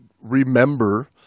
remember